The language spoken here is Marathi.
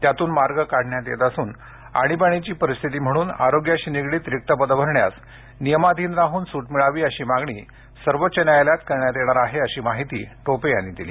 त्यातून मार्ग काढण्यात येत असून आणिबाणीची परिस्थिति म्हणून आरोग्याशी निगडित रिक्त पदं भरण्यास नियामाधिन राहून सूट मिळावी अशी मागणी सर्वोच्च न्यायालयात करण्यात येणार आहे अशी माहिती टोपे यांनी यावेळी दिली